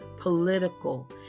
political